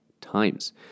times